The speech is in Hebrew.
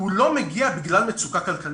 לא מגיע בגלל מצוקה כלכלית.